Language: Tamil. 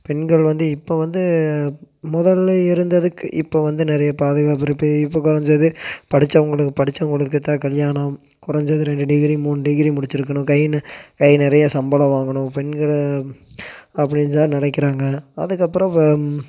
பெண்கள் வந்து இப்போ வந்து முதல்ல இருந்ததுக்கு இப்போ வந்து நிறைய பாதுகாப்பு இருக்குது இப்போ குறஞ்சது படிச்சக்கவங்களுக்கும் படிச்சவங்களுக்கு தான் கல்யாணம் கொறஞ்சது ரெண்டு டிகிரி மூணு டிகிரி முடிச்சுருக்குணும் கை கை நிறைய சம்பளம் வாங்கணும் பெண்களை அப்படிதான் நினைக்குறாங்க அதுக்கப்புறோம்